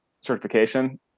certification